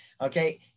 Okay